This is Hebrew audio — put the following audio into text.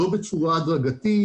לא בצורה הדרגתית,